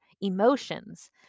emotions